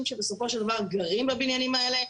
שבסופו של דבר גרים בבניינים האלה.